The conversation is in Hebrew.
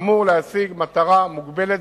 אמור להשיג מטרה מוגבלת,